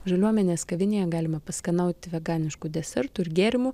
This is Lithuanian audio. žaliuomenės kavinėje galima paskanaut veganiškų desertų ir gėrimų